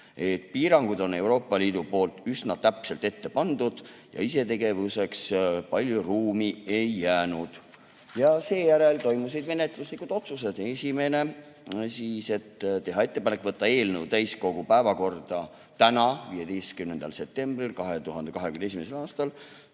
piirangud on Euroopa Liidu poolt üsna täpselt ette pandud ja isetegevuseks palju ruumi ei jäänud. Seejärel langetasime menetluslikud otsused. Esiteks, teha ettepanek võtta eelnõu täiskogu päevakorda täna, 15. septembril 2021. aastal